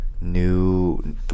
new